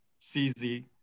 CZ